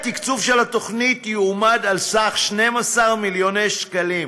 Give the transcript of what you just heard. התקצוב של התוכנית יועמד על סך 12 מיליון שקלים.